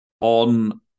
on